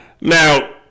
Now